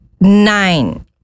nine